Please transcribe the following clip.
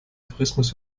tourismus